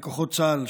וכוחות צה"ל,